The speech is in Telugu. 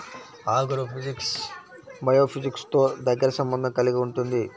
ఆగ్రోఫిజిక్స్ బయోఫిజిక్స్తో దగ్గరి సంబంధం కలిగి ఉంటుంది